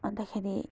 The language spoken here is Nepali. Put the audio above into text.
अन्तखेरि